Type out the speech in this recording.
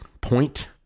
point